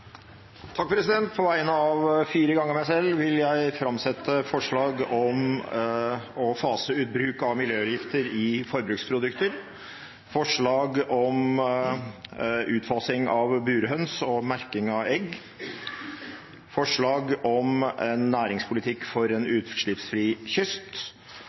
På vegne av fire ganger meg selv vil jeg framsette et forslag om å fase ut bruk av miljøgifter i forbrukerprodukter, et forslag om et forbud mot burhøns og påbud om merking av egg fra burhøns inntil forbudet er iverksatt, et forslag om en næringspolitikk for en